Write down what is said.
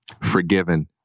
forgiven